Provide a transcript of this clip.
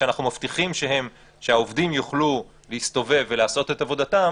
כשאנחנו מבטיחים שהעובדים יוכלו להסתובב ולעשות את עבודתם,